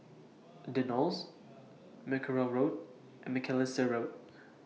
The Knolls Mackerrow Road and Macalister Road